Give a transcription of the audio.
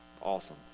awesome